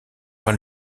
par